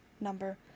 number